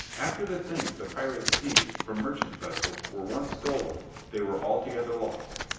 after the things the pirates seized from merchant vessels were once stolen they were altogether lost.